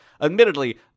Admittedly